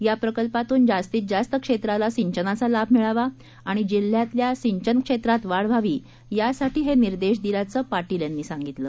या प्रकल्पातून जास्तीत जास्त क्षेत्राला सिंचनाचा लाभ मिळावा आणि जिल्ह्यातील सिंचन क्षेत्रात वाढ व्हावी यासाठी हे निर्देश दिल्याचं पाटील यांनी सांगितलं